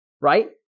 right